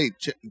Hey